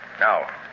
Now